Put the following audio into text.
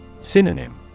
Synonym